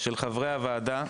חברי הוועדה,